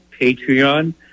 Patreon